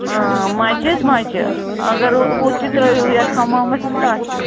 مَچہِ حظ مَچہِ اگر ہُتھ تہِ ترٛٲیِو یَتھ ہَمامَس تہٕ تَتھ تہِ